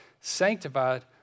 sanctified